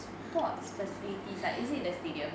sports facility ah is it the stadium